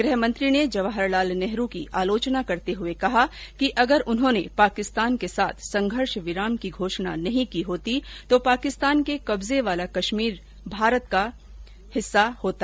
गृहमंत्री ने जवाहरलाल नेहरू की आलोचना करते हुए कहा कि अगर उन्होंने पाकिस्तान के साथ संघर्ष विराम की घोषणा नहीं की होती तो पाकिस्तान के कब्जे वाले कश्मीर का अस्तित्व ही नहीं होता